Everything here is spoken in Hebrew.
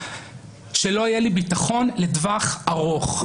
שלא יהיה לי ביטחון לטווח ארוך.